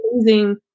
amazing